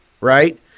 Right